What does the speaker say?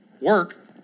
Work